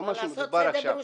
במה שמדובר עכשיו.